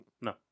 No